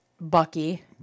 Bucky